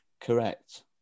correct